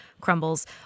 crumbles